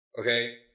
Okay